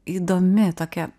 įdomi tokia